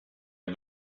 har